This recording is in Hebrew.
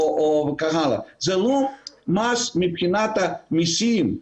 זה לא מס מבחינת המסים.